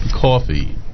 coffee